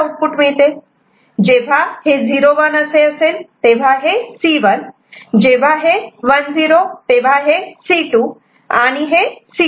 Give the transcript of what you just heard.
जेव्हा हे 0 1 असे असेल तेव्हा हे C 1 जेव्हा हे 1 0 तेव्हा हे C 2 आणि हे C3